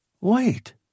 Wait